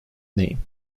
name